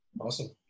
Awesome